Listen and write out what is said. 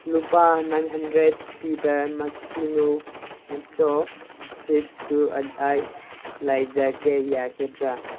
ꯂꯨꯄꯥ nine hundred ꯄꯤꯕ ꯃꯀꯤꯅꯣ ꯅꯥꯆꯣ ꯆꯤꯞꯁꯗꯨ ꯑꯩ ꯂꯩꯖꯒꯦ ꯌꯥꯒꯗ꯭ꯔꯥ